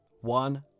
one